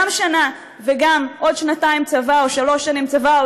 גם שנה וגם עוד שנתיים או שלוש שנים צבא,